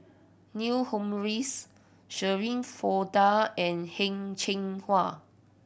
Neil Humphreys Shirin Fozdar and Heng Cheng Hwa